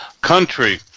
country